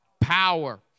Power